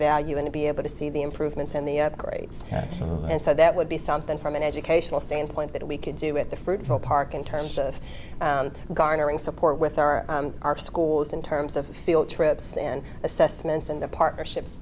value and to be able to see the improvements and the grades and so that would be something from an educational standpoint that we could do with the fruitful park in terms of garnering support with our our schools in terms of field trips in assessments and the partnerships